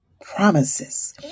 promises